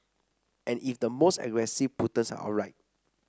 and if the most aggressive punters are right